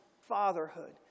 fatherhood